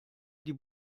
die